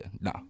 Nah